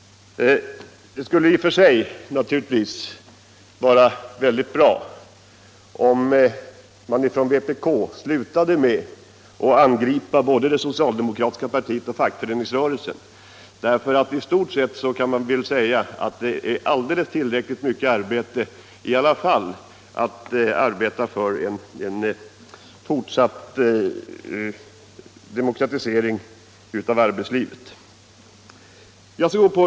— Det skulle naturligtvis vara mycket bra om vpk slutade att angripa både det socialdemokratiska partiet och fackföreningsrörelsen. Det innebär alldeles tillräckligt mycket problem — utan att behöva bemöta denna kritik — att arbeta för en fortsatt demokratisering av arbetslivet.